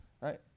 Right